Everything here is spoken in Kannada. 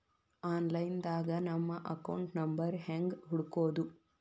ಆನ್ಲೈನ್ ದಾಗ ನಮ್ಮ ಅಕೌಂಟ್ ನಂಬರ್ ಹೆಂಗ್ ಹುಡ್ಕೊದು?